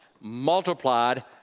Multiplied